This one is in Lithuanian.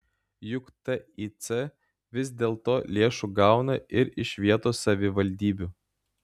juk tic vis dėlto lėšų gauna ir iš vietos savivaldybių